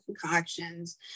concoctions